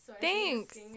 Thanks